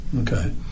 okay